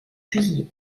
fusillés